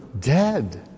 dead